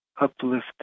uplift